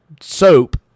soap